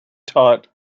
taught